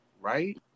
right